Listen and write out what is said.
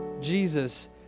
Jesus